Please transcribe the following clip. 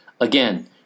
Again